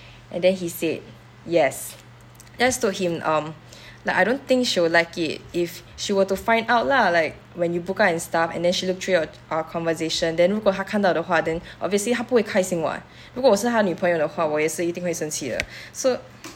and then he said yes just told him um like I don't think she would like it if she were to find out lah like when you broke up and stuff and then she looked through your our conversation then 如果她看到的话 then obviously 她不会开心 [what] 如果我是他女朋友的话我也是一定会生气的 so